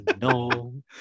no